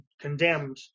condemned